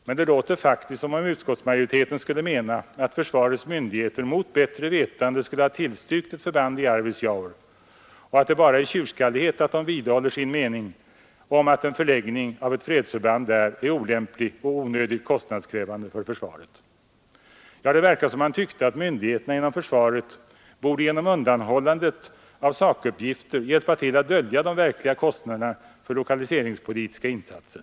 Men det låter faktiskt som om utskottsmajoriteten skulle mena att försvarets myndigheter, mot bättre vetande, borde ha tillstyrkt ett förband i Arvidsjaur, och att det bara är tjurskallighet att de vidhåller sin mening att en förläggning av ett fredsförband där är olämplig och onödigt kostnadskrävande för försvaret. Ja, det verkar som om man tyckte att myndigheterna inom försvaret borde, genom undanhållande av sakuppgifter, hjälpa till att dölja de verkliga kostnaderna för lokaliseringspolitiska insatser.